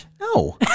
No